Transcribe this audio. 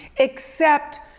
except.